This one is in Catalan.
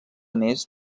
més